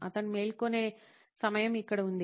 అతను మేల్కొనే సమయం ఇక్కడ ఉంది